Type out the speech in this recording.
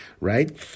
right